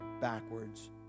backwards